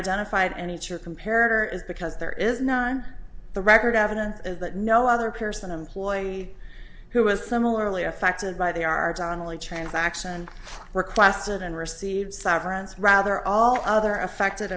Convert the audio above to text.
identified any true compared her is because there is no on the record evidence that no other person employee who was similarly affected by they are donnelly transaction requested and received severance rather all other affected